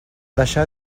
deixà